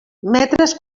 metres